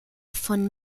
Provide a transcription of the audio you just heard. von